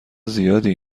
زیادی